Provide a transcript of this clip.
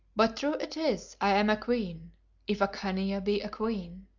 but true it is i am a queen if a khania be a queen.